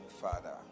father